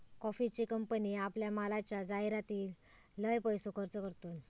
कॉफीचे कंपने आपल्या मालाच्या जाहीरातीर लय पैसो खर्च करतत